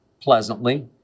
pleasantly